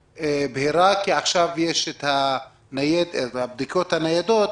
בהירה כי עכשיו יש את הבדיקות הניידות.